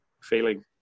feeling